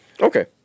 okay